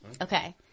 Okay